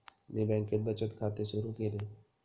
मी बँकेत बचत खाते सुरु केले